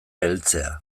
heltzea